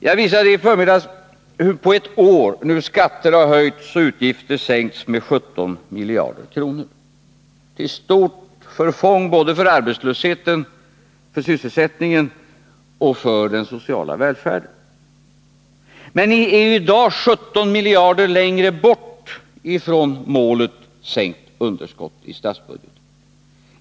Jag visade i förmiddags hur, på ett år, skatter har höjts och utgifter sänkts med 17 miljarder kronor till stort förfång för sysselsättningen och den sociala välfärden. Men ni är i dag 17 miljarder längre bort från målet sänkt underskott i statsbudgeten.